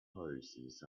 hoses